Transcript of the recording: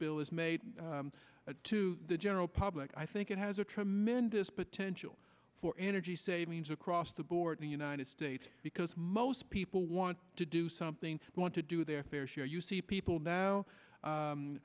bill is made to the general public i think it has a tremendous potential for energy savings across the board in the united states because most people want to do something they want to do their fair share you see people now